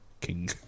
King